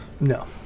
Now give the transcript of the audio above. No